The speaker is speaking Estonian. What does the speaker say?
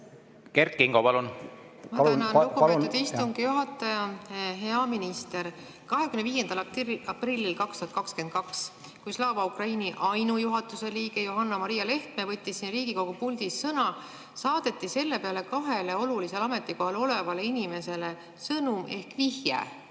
Kert Kingo, palun! Ma tänan, lugupeetud istungi juhataja! Hea minister! 25. aprillil 2022, kui Slava Ukraini juhatuse ainuliige Johanna-Maria Lehtme võttis siin Riigikogu puldis sõna, saadeti selle peale kahele olulisel ametikohal olevale inimesele sõnum ehk vihje